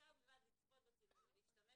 "רשאי הוא בלבד לצפות בצילומים ולהשתמש